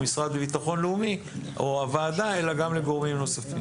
המשרד לביטחון לאומי או הוועדה אלא גם לגורמים נוספים.